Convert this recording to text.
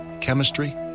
Chemistry